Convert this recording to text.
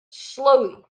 slowly